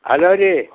hello ರೀ